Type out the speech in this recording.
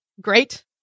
great